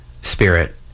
spirit